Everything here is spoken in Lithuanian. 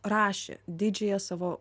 rašė didžiąją savo